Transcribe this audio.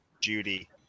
Judy